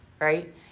right